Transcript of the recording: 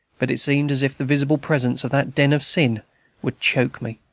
but it seemed as if the visible presence of that den of sin would choke me.